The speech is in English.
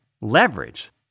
leverage